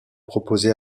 proposée